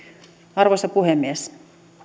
arvoisa puhemies